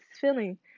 feeling